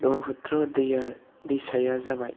ब्रह्मपुत्र दैआ दैमाया जाबाय